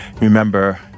remember